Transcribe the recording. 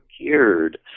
cured